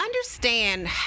Understand